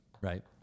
Right